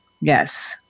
yes